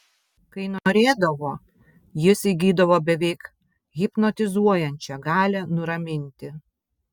kai norėdavo jis įgydavo beveik hipnotizuojančią galią nuraminti